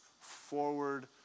forward